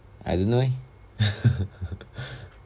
I don't know eh